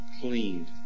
cleaned